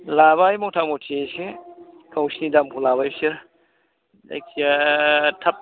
लाबाय मथामति एसे गावसोरनि दामखौ लाबाय बिसोर जायखिजाया थाब